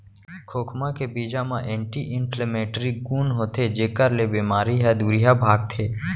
खोखमा के बीजा म एंटी इंफ्लेमेटरी गुन होथे जेकर ले बेमारी ह दुरिहा भागथे